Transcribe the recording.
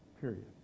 Period